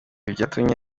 byatumye